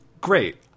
great